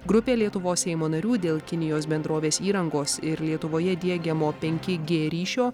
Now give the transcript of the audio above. grupė lietuvos seimo narių dėl kinijos bendrovės įrangos ir lietuvoje diegiamo penki g ryšio